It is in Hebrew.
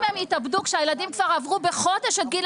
אם הם יתאבדו כשהילדים כבר עברו בחודש את גיל